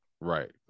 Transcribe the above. right